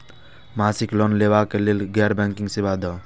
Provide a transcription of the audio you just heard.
मासिक लोन लैवा कै लैल गैर बैंकिंग सेवा द?